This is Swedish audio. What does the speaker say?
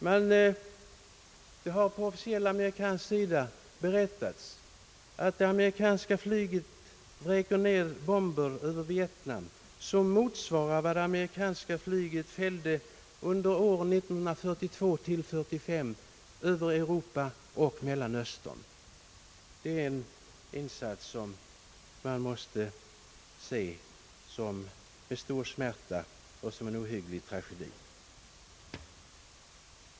Det har från officiellt amerikanskt håll berättats att det amerikanska flyget vräker ner bomber över Vietnam till en styrka som motsvarar vad det amerikanska flyget fällde under åren 1942— 1945 över Europa och Mellanöstern. Det är en insats som man måste se med smärta och som en ohygglig tragedi.